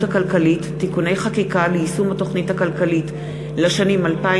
הכלכלית (תיקוני חקיקה ליישום התוכנית הכלכלית לשנים 2009